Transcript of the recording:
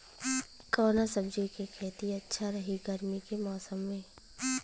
कवना सब्जी के खेती अच्छा रही गर्मी के मौसम में?